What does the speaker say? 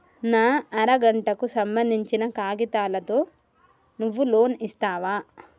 నా అర గంటకు సంబందించిన కాగితాలతో నువ్వు లోన్ ఇస్తవా?